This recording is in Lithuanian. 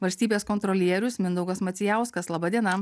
valstybės kontrolierius mindaugas macijauskas laba diena